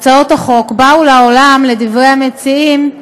הצעות החוק באו לעולם, לדברי המציעים,